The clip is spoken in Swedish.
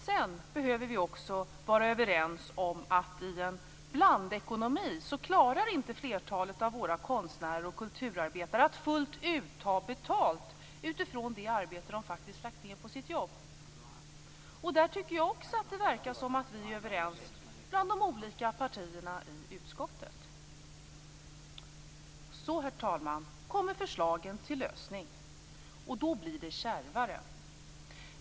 Sedan behöver vi också vara överens om att i en blandekonomi klarar inte flertalet av våra konstnärer och kulturarbetare att fullt ut ta betalt för det arbete de faktiskt lagt ned på sitt jobb. Där tycker jag också att det verkar som om de olika partierna i utskottet är överens. Så, herr talman, kommer förslagen till lösning, och då blir det kärvare.